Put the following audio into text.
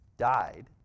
died